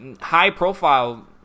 high-profile